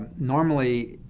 normally,